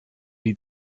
die